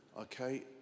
Okay